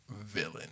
villain